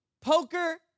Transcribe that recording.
poker